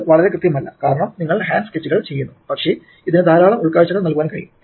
ഇത് വളരെ കൃത്യമല്ല കാരണം നിങ്ങൾ ഹാൻഡ് സ്കെച്ചുകൾ ചെയ്യുന്നു പക്ഷേ ഇതിന് ധാരാളം ഉൾക്കാഴ്ചകൾ നൽകാൻ കഴിയും